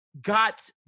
got